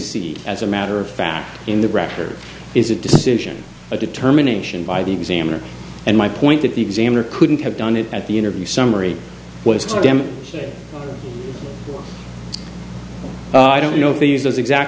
see as a matter of fact in the record is a decision a determination by the examiner and my point that the examiner couldn't have done it at the interview summary what is to them i don't know if they use those exact